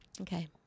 okay